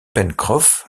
pencroff